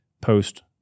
post